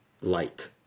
light